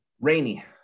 rainy